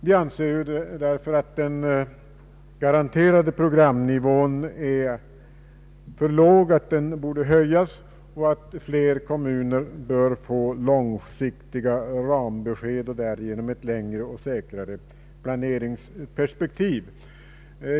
Vi anser att den garanterade programnivån är alltför låg och att flera kommuner bör få långsiktiga rambesked och därigenom ett längre och säkrare planeringsperspektiv.